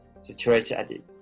situation